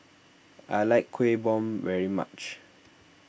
I like Kuih Bom very much